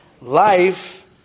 life